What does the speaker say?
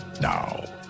now